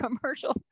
commercials